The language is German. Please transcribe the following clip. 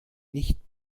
nicht